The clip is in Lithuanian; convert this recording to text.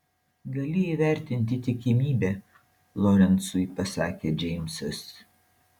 gali įvertinti tikimybę lorencui pasakė džeimsas